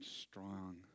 strong